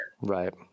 Right